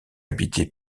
habité